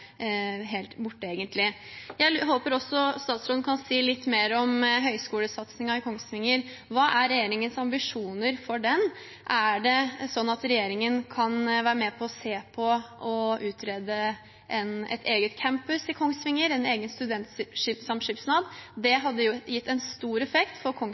helt borte. Jeg håper statsråden også kan si litt mer om høyskolesatsingen i Kongsvinger. Hva er regjeringens ambisjoner for den? Er det slik at regjeringen kan være med på å se på og utrede en egen campus i Kongsvinger, en egen studentsamskipnad? Det hadde gitt en stor effekt for